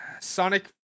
Sonic